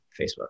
facebook